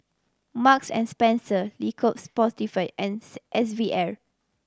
Marks and Spencer Le Coq Sportif and S V R